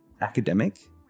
academic